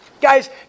Guys